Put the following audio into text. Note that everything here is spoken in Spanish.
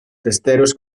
testeros